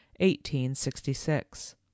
1866